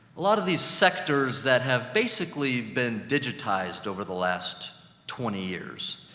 a lot of these sectors that have basically been digitized over the last twenty years.